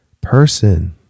person